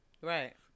right